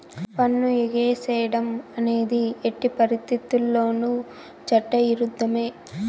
పన్ను ఎగేసేడం అనేది ఎట్టి పరిత్తితుల్లోనూ చట్ట ఇరుద్ధమే